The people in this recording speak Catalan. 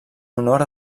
honor